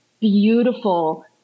beautiful